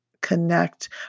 connect